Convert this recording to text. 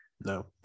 no